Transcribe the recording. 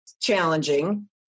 challenging